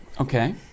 Okay